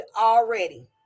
already